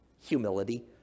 humility